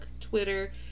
Twitter